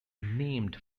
named